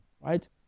right